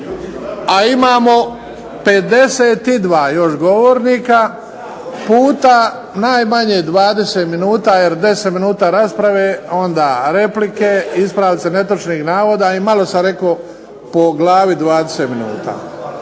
A imamo 52 još govornika puta najmanje 20 minuta, jer 10 minuta je rasprave, onda replike, ispravci netočnih navoda i malo sam rekao po glavi 20 minuta.